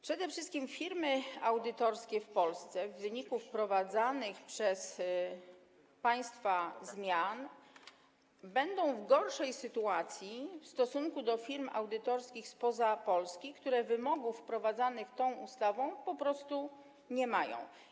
Przede wszystkim firmy audytorskie w Polsce w wyniku wprowadzanych przez państwa zmian będą w gorszej sytuacji w stosunku do firm audytorskich spoza Polski, które wymogów wprowadzanych tą ustawą po prostu nie mają.